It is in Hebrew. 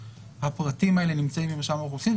הפרטים האלה נמצאים במרשם האוכלוסין,